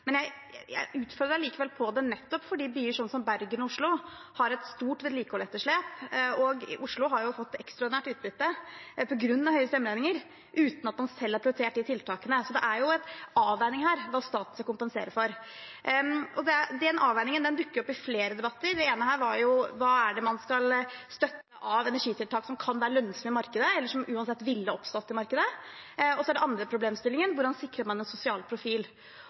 Jeg utfordrer allikevel på det, nettopp fordi byer som Bergen og Oslo har et stort vedlikeholdsetterslep, og Oslo har fått et ekstraordinært utbytte på grunn av høye strømregninger uten at man selv har prioritert de tiltakene. Så det er en avveining her hva staten skal kompensere for, og den avveiningen dukker opp i flere debatter. Det ene her var: Hva er det man skal støtte av energitiltak som kan være lønnsomme i markedet, eller som uansett ville oppstått i markedet? Og så den andre problemstillingen: Hvordan sikrer man en sosial profil?